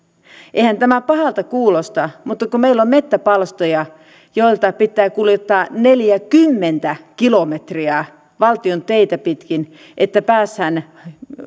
eihän tämä pahalta kuulosta mutta meillä on metsäpalstoja joilta pitää kuljettaa neljäkymmentä kilometriä valtion teitä pitkin että päästään